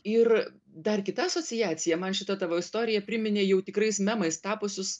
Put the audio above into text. ir dar kita asociacija man šita tavo istorija priminė jau tikrais memais tapusius